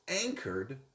anchored